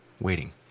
waiting